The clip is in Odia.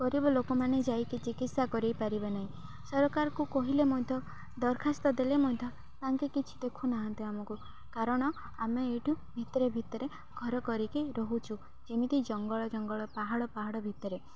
ଗରିବ ଲୋକମାନେ ଯାଇକି ଚିକିତ୍ସା କରେଇପାରିବେ ନାହିଁ ସରକାରଙ୍କୁ କହିଲେ ମଧ୍ୟ ଦରଖାସ୍ତ ଦେଲେ ମଧ୍ୟ ତାଙ୍କେ କିଛି ଦେଖୁନାହାନ୍ତି ଆମକୁ କାରଣ ଆମେ ଏଇଠୁ ଭିତରେ ଭିତରେ ଘର କରିକି ରହୁଛୁ ଯେମିତି ଜଙ୍ଗଲ ଜଙ୍ଗଲ ପାହାଡ଼ ପାହାଡ଼ ଭିତରେ